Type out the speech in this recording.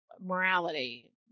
morality